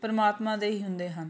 ਪਰਮਾਤਮਾ ਦੇ ਹੀ ਹੁੰਦੇ ਹਨ